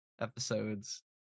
episodes